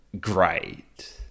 great